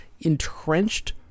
entrenched